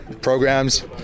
programs